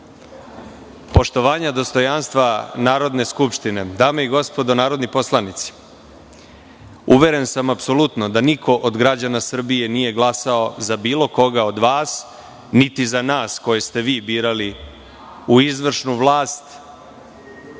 poštovanja dostojanstva Narodne skupštine, dame i gospodo narodni poslanici, uveren sam apsolutno da niko od građana Srbije nije glasao za bilo koga od vas, niti za nas koje ste vi birali u izvršnu vlast